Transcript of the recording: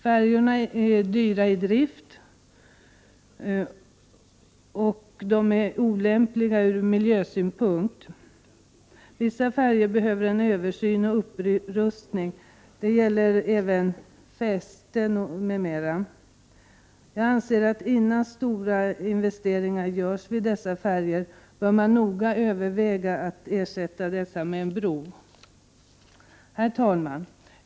Färjorna är dyra i drift och olämpliga från miljösynpunkt. Vissa färjor behöver bli föremål för en översyn och upprustning, detta gäller även fästen m.m. Jag anser att man noga bör överväga att ersätta färjorna med en bro innan stora investeringar görs. Herr talman!